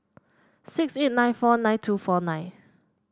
six eight nine four nine two four nine